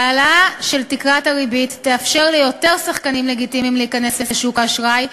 העלאה של תקרת הריבית תאפשר ליותר שחקנים לגיטימיים להיכנס לשוק האשראי,